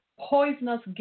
poisonous